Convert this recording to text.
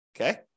Okay